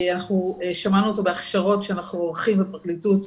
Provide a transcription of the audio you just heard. שמענו אותו בהכשרות שאנחנו עורכים בפרקליטות,